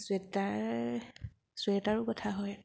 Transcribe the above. sweater চুৱেটাৰো গঁঠা হয়